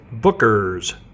Bookers